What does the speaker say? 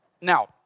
Now